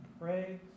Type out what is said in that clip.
pray